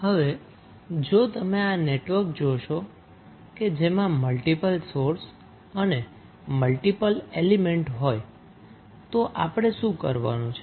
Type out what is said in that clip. હવે જો તમે આ નેટવર્ક જોશો કે જેમાં મલ્ટીપલ સોર્સ અને મલ્ટીપલ એલીમેન્ટ હોય તો આપણે શું કરવાનું છે